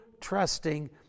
trusting